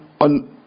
on